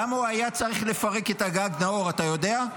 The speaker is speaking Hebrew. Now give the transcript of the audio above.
למה הוא היה צריך לפרק את הגג, נאור, אתה יודע?